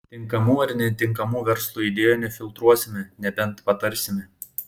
tinkamų ar netinkamų verslui idėjų nefiltruosime nebent patarsime